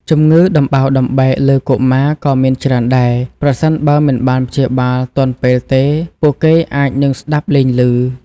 ជម្ងឺដំបៅដំបែកលើកុមារក៏មានច្រើនដែរ ប្រសិនបើមិនបានព្យាបាលទាន់ពេលទេ ពួកគេអាចនឹងស្ដាប់លែងឮ។